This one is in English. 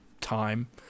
time